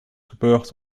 gebeurd